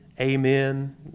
Amen